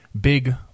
big